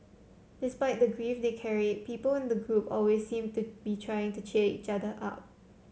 despite the grief they carried people in the group always seemed to be trying to cheer each other up